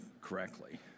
correctly